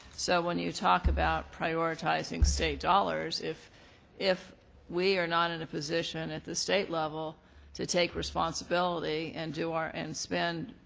so when you talk about prioritizing state dollars, if if we are not in a position at the state level to take responsibility and do our and spend,